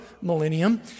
millennium